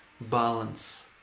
balance